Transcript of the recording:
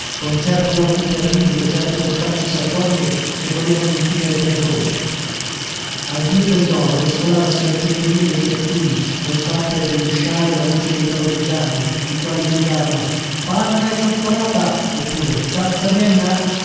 con certi occhi terribili e certe boccacce sardoniche che volevano incutere terrore al dio delloro mescolavasi lacciottolío dei piattini lo sbattere dellusciale e la voce dei tavoleggianti i quali gridavano panna e cioccolata oppure tazza vienna